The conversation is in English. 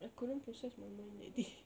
I couldn't process my mind that day